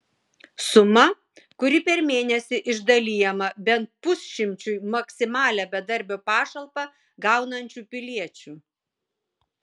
suma kuri per mėnesį išdalijama bent pusšimčiui maksimalią bedarbio pašalpą gaunančių piliečių